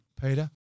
Peter